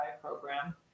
program